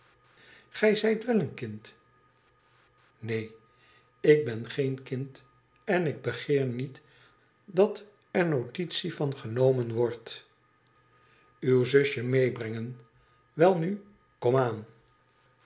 igij zijt wèl een kind neen ik heb geen kind en ik begeer niet dat er notitie van genomen wordt t uw zusje meebrengen welnu kom aan